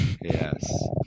Yes